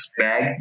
bag